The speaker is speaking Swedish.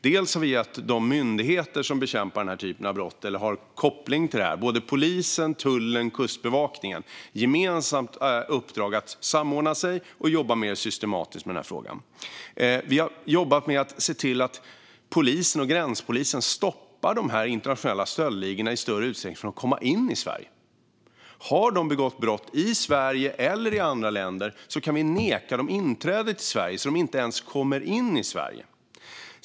Dels har vi gett de myndigheter som bekämpar denna typ av brott eller har koppling till det här - både polisen, tullen och Kustbevakningen - ett gemensamt uppdrag att samordna sig och jobba mer systematiskt med frågan. Vi har jobbat med att se till att polisen och gränspolisen i större utsträckning ska hindra de internationella stöldligorna från att komma in i Sverige. Om de har begått brott i Sverige eller andra länder kan vi neka dem inträde till Sverige, så att de inte ens kommer in här.